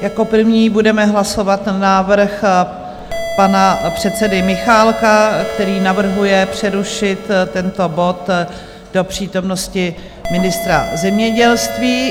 Jako první budeme hlasovat návrh pana předsedy Michálka, který navrhuje přerušit tento bod do přítomnosti ministra zemědělství.